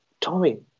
Tommy